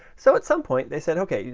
so at some point they said, ok,